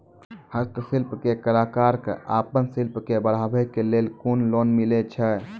हस्तशिल्प के कलाकार कऽ आपन शिल्प के बढ़ावे के लेल कुन लोन मिलै छै?